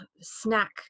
snack